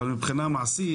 אבל מבחינה מעשית,